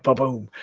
but boom